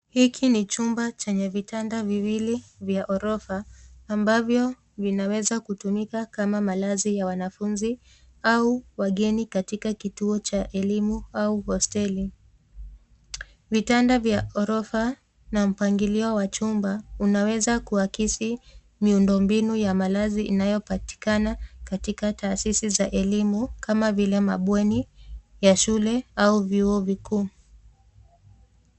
Hiki ni chumba chenye vitanda viwili vya orofa, ambavyo vinaweza kutumika kama malazi ya wanafunzi au wageni katika kituo cha elimu au hosteli. Vitanda vya orofa na mpangilio wa chumba unaweza kuakisi miundombinu ya malazi inayopatikana katika taasisi za elimu kama vile mabweni ya shule au vyuo vikuu.